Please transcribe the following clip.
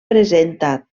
presenta